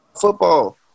football